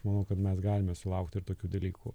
manau kad mes galime sulaukti ir tokių dalykų